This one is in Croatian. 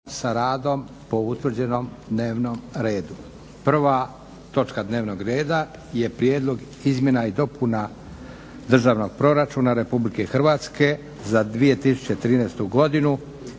sa radom po utvrđenom dnevnom redu, prva točka dnevnom reda je 1. Prijedlog izmjena i dopuna Državnog proračuna Republike Hrvatske za 2013. godinu